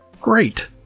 Great